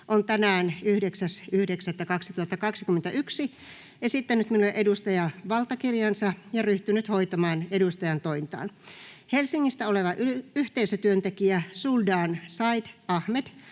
on tänään 9.9.2021 esittänyt minulle edustajavaltakirjansa ja ryhtynyt hoitamaan edustajantointaan. Helsingistä oleva yhteisötyöntekijä Suldaan Said Ahmed,